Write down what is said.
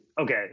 okay